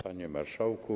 Panie Marszałku!